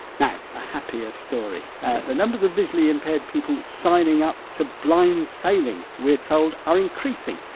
now, a happier story. the numbers of visually impaired people signing up to blind sailing, we're told, are increasing.